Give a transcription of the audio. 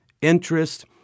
interest